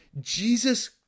Jesus